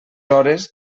hores